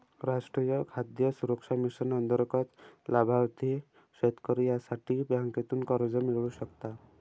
राष्ट्रीय खाद्य सुरक्षा मिशन अंतर्गत लाभार्थी शेतकरी यासाठी बँकेतून कर्ज मिळवू शकता